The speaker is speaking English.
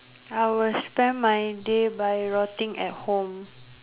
I will spend my day by rotting at home